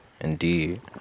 indeed